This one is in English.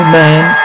man